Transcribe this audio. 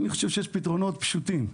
אני חושב שיש פתרונות פשוטים.